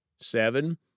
Seven